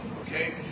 Okay